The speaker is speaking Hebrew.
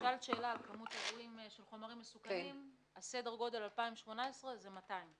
שאלת לגבי כמות האירועים של חומרים מסוכנים - סדר גודל של 2018 זה 200,